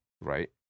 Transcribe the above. Right